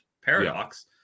Paradox